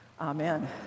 Amen